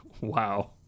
wow